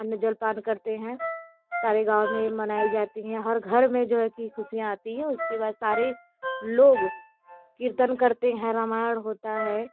अन्न जलपान करते हैं सारे गाँव में मनाए जाती हैं हर घर मे जो है की खुशियाँ आती हैं उसके बाद सारे लोग कीर्तन करते हैं रामायण होता है